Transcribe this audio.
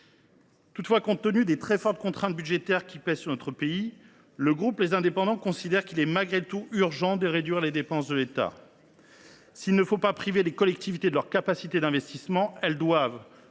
collègues. Compte tenu des très fortes contraintes budgétaires qui pèsent sur notre pays, le groupe Les Indépendants – République et Territoires estime toutefois urgent de réduire les dépenses de l’État. S’il ne faut pas priver les collectivités de leurs capacités d’investissement, elles doivent